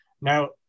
Now